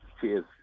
Cheers